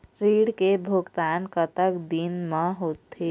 ऋण के भुगतान कतक दिन म होथे?